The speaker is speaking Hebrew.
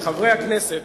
חברי הכנסת,